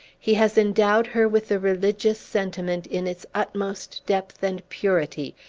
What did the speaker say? he has endowed her with the religious sentiment in its utmost depth and purity,